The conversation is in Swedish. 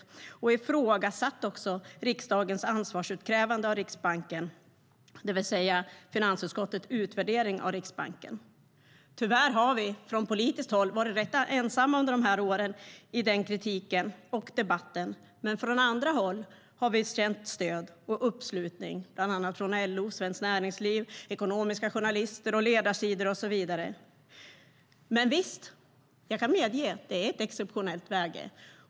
Vi har också ifrågasatt riksdagens ansvarsutkrävande av Riksbanken, det vill säga finansutskottets utvärdering av Riksbanken. Tyvärr har vi från politiskt håll varit rätt ensamma under åren i fråga om den kritiken och debatten. Men vi har känt stöd och uppslutning från andra håll, bland annat från LO, Svenskt Näringsliv, ekonomijournalister, ledarsidor och så vidare. Men visst kan jag också medge att det är ett exceptionellt läge.